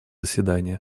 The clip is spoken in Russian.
заседание